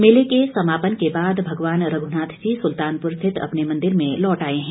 मेर्ल के समापन के बाद भगवान रघ्नाथ जी सुल्तानपुर स्थित अपने मंदिर में लौट आए हैं